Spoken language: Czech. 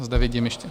Zde vidím ještě...